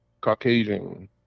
caucasian